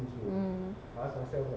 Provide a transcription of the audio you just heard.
mm